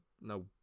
no